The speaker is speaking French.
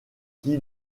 qui